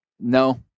No